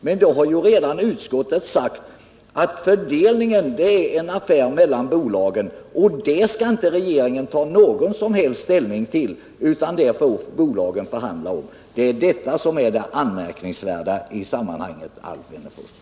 Men då har ju redan utskottet sagt att fördelningen är en förhandlingsfråga mellan bolagen, och den skall regeringen inte ta någon som helst ställning till utan den får bolagen själva förhandla om. Det är detta som är det anmärkningsvärda i sammanhanget, Alf Wennerfors.